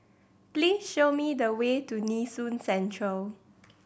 please show me the way to Nee Soon Central